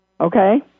okay